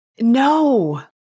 No